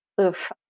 Oof